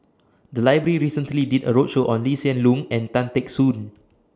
The Library recently did A roadshow on Lee Hsien Loong and Tan Teck Soon